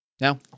now